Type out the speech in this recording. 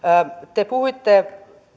te puhuitte